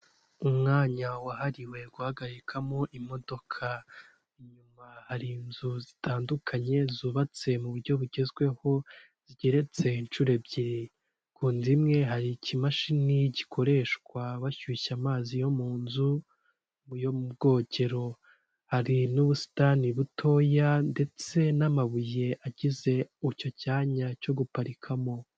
Umwanya wahariwe guhagarikamo imodoka inyuma hari inzu zitandukanye zubatse mu buryo bugezweho zigereretse inshuro ebyiri k'inzu bimwe hari ikimashini gikoreshwa bashyushya amazi yo mu nzu yo mu bwogero hari n'ubusitani butoya ndetse n'amabuye agize icyo cyanya cyo guparikamo.